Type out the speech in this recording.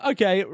Okay